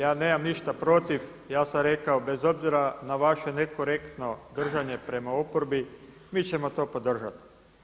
Ja nemam ništa protiv, ja sam rekao bez obzira na vaše nekorektno držanje prema oporbi mi ćemo to podržati.